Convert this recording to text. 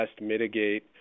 mitigate